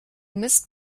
mist